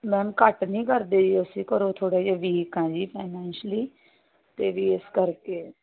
ma'am ਘੱਟ ਨਹੀਂ ਕਰਦੇ ਜੀ ਅਸੀਂ ਘਰੋਂ ਥੋੜ੍ਹੇ ਜਿਹੇ ਵੀਕ ਹਾਂ ਜੀ ਫਾਈਨੈਸ਼ਅਲੀ ਅਤੇ ਵੀ ਇਸ ਕਰਕੇ